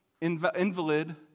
invalid